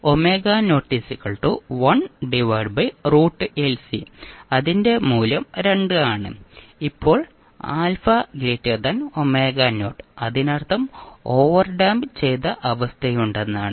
അതിന്റെ മൂല്യം 2 ആണ് ഇപ്പോൾ ɑ അതിനർത്ഥം ഓവർഡാമ്പ് ചെയ്ത അവസ്ഥയുണ്ടെന്നാണ്